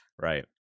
Right